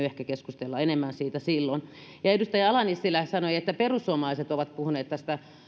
ehkä pitänyt keskustella enemmän siitä silloin edustaja ala nissilä sanoi että perussuomalaiset ovat puhuneet tästä